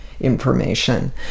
information